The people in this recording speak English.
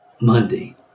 Monday